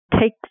Take